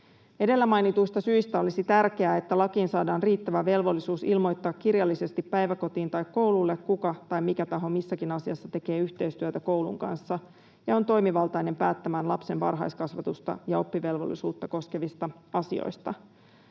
Edellä mainituista syistä olisi tärkeää, että lakiin saadaan riittävä velvollisuus ilmoittaa kirjallisesti päiväkotiin tai koululle, kuka tai mikä taho missäkin asiassa tekee yhteistyötä koulun kanssa ja on toimivaltainen päättämään lapsen varhaiskasvatusta ja oppivelvollisuutta koskevista asioista.